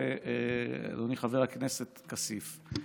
אדוני חבר הכנסת כסיף,